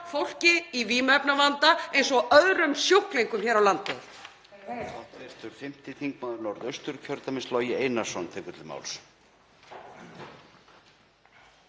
fólki í vímuefnavanda eins og öðrum sjúklingum hér á landi.